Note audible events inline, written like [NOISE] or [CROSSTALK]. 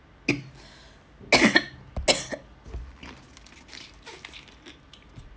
[COUGHS]